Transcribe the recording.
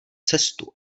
cestu